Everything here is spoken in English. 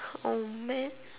oh man